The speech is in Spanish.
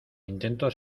intento